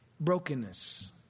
Brokenness